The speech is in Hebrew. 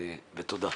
ותודה.